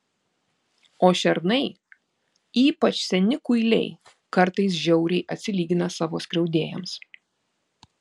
o šernai ypač seni kuiliai kartais žiauriai atsilygina savo skriaudėjams